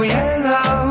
Yellow